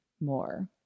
more